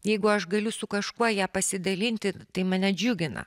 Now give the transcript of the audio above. jeigu aš galiu su kažkuo ja pasidalinti tai mane džiugina